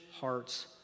hearts